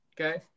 okay